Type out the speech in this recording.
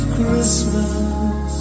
Christmas